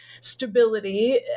stability